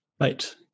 Right